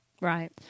right